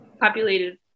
populated